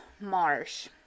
Marsh